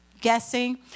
Guessing